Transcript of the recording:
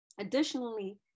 Additionally